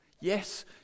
Yes